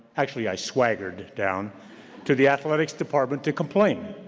actually i swaggered down to the athletics department to complain.